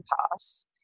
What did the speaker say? pass